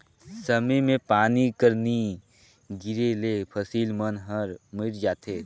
समे मे पानी कर नी गिरे ले फसिल मन हर मइर जाथे